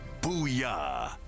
Booyah